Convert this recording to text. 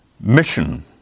mission